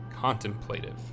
Contemplative